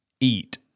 eat